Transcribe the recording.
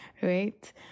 right